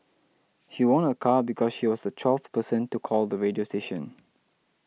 she won a car because she was the twelfth person to call the radio station